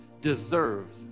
deserve